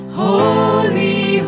holy